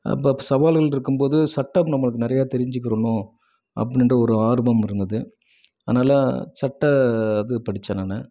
பப் சவால்கள் இருக்கும் போது சட்டம் நம்மளுக்கு நிறைய தெரிஞ்சுக்கிறணும் அப்பட்னின்ற ஒரு ஆர்வம் இருந்தது அதனால சட்ட இது படித்தேன் நான்